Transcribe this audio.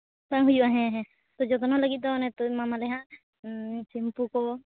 ᱠᱚᱢ ᱦᱩᱭᱩᱜᱼᱟ ᱦᱮᱸ ᱦᱮᱸ ᱡᱮᱠᱳᱱᱳ ᱞᱟᱹᱜᱤᱫ ᱫᱚ ᱚᱱᱮ ᱛᱚ ᱮᱢᱟ ᱢᱟᱞᱮ ᱦᱟᱸᱜ ᱥᱮᱢᱯᱩ ᱠᱚ